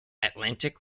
atlantic